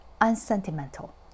unsentimental